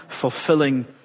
fulfilling